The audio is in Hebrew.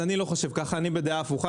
אני לא חושב ככה, אני בדעה הפוכה.